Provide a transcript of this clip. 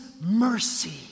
mercy